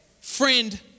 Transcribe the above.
Friend